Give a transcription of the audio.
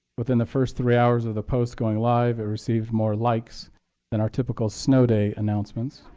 within the first three hours of the post going live, it received more likes than our typical snow day announcements,